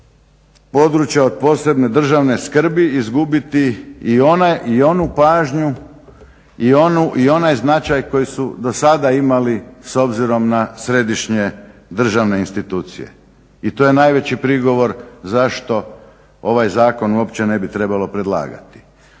a to je da će PPDS izgubiti i onu pažnju i onaj značaj koji su do sada imali s obzirom na središnje državne institucije. I to je najveći prigovor zašto ovaj zakon uopće ne bi trebalo predlagati.